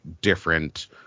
different